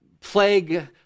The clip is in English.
plague